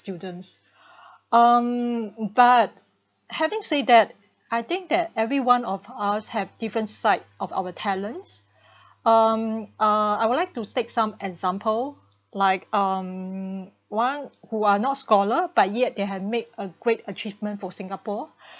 students um but having said that I think that every one of us have different side of our talents um uh I would like to take some example like um one who are not scholar but yet they had made a great achievement for singapore